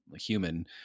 human